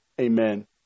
Amen